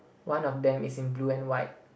one of them is in blue and white